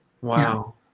Wow